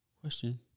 question